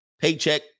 paycheck